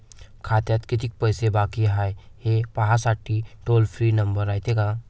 खात्यात कितीक पैसे बाकी हाय, हे पाहासाठी टोल फ्री नंबर रायते का?